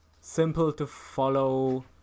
simple-to-follow